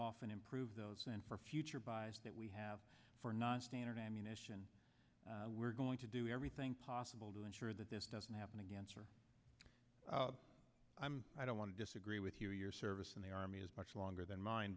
off and improve those and for future buys that we have for nonstandard ammunition we're going to do everything possible to ensure that this doesn't happen again sir i'm i don't want to disagree with you your service in the army is much longer than mine